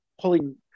pulling